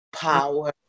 power